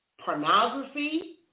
pornography